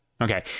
Okay